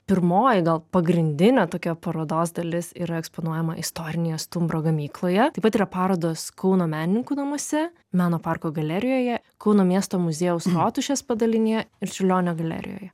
pirmoji gal pagrindinė tokia parodos dalis yra eksponuojama istorinėje stumbro gamykloje taip pat yra parodos kauno menininkų namuose meno parko galerijoje kauno miesto muziejaus rotušės padalinyje ir čiurlionio galerijoje